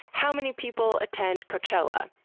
how many people attend coachella?